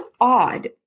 odd